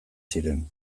ziren